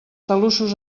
talussos